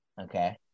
Okay